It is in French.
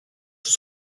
sous